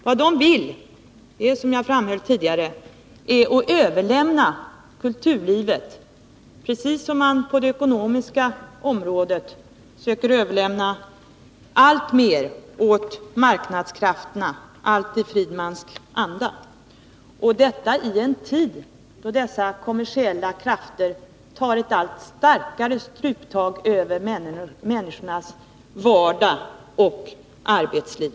Vad de vill är, som jag framhöll tidigare, att överlämna kulturlivet — precis som man på det ekonomiska området söker överlämna alltmer — åt marknadskrafterna, allt i Friedmans anda, och det i en tid då dessa kommersiella krafter tar ett allt starkare struptag när det gäller människornas vardag och arbetsliv.